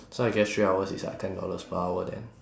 so I guess three hours is like ten dollars per hour then